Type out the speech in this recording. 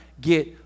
get